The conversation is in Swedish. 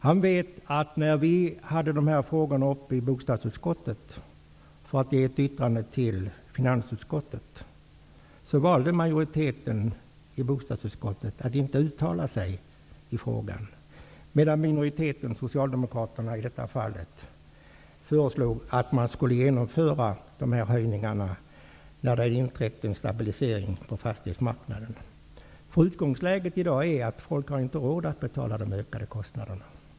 Han vet att när vi hade de här frågorna uppe i bostadsutskottet, för att ge ett yttrande till finansutskottet, valde majoriteten i bostadsutskottet att inte uttala sig i frågan medan minoriteten, i detta fall Socialdemokraterna, föreslog att man skulle genomföra de här höjningarna när det hade inträtt en stabilisering på fastighetsmarknaden.